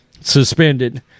suspended